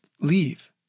leave